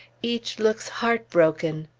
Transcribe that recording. each looks heartbroken.